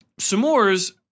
S'mores